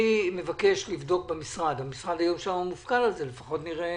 אני מבקש לבדוק במשרד שמופקד על זה, לפחות נראה